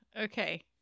okay